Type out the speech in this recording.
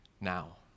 now